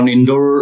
Indoor